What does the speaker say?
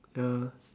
ya